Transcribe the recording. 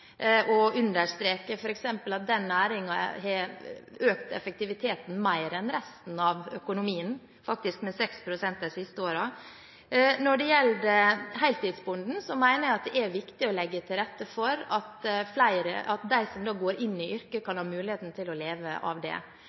å understreke at f.eks. denne næringen de siste årene har økt effektiviteten mer enn resten av økonomien – faktisk med 6 pst. Når det gjelder heltidsbonden, mener jeg det er viktig å legge til rette for at de som nå går inn i yrket, kan få mulighet til å leve av det.